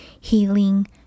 healing